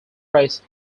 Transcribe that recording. press